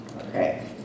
Okay